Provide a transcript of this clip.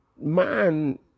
man